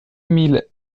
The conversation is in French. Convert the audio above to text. mille